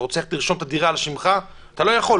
אתה רוצה לרשום את הדירה על שמך, אתה לא יכול.